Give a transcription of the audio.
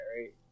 right